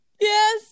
Yes